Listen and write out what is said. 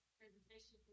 presentation